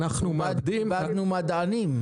איבדנו מדענים.